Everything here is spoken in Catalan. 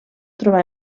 trobar